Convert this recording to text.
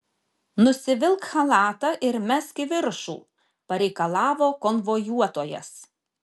nusivilk chalatą ir mesk į viršų pareikalavo konvojuotojas